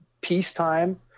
peacetime